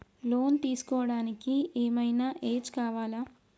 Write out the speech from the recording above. Loan తీస్కోవడానికి ఏం ఐనా ఏజ్ కావాలా?